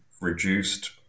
reduced